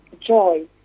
joy